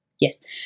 yes